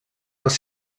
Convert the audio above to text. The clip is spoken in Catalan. les